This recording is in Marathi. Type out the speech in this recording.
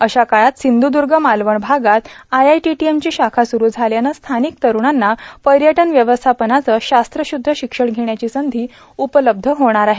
अशा काळात र्यसंध्रद्ग मालवण भागात आयआयटोटोएमची शाखा सुरू झाल्यान स्थार्ानक तरूणांना पयटन व्यवस्थापनाचे शास्त्रशुध्द शिक्षण घेण्याची संधी उपलब्ध होणार आहे